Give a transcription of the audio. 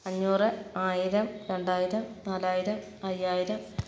അഞ്ഞൂറ് ആയിരം രണ്ടായിരം നാലായിരം അയ്യായിരം